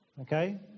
Okay